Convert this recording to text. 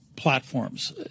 platforms